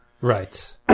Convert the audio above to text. Right